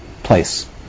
place